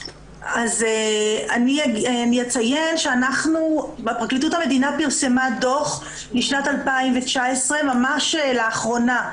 אז אני אציין שפרקליטות המדינה פרסמה דוח משנת 2019 ממש לאחרונה,